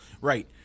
right